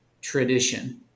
tradition